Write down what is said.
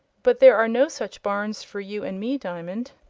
but there are no such barns for you and me, diamond.